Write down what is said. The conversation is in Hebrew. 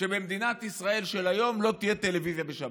שבמדינת ישראל של היום לא תהיה טלוויזיה בשבת.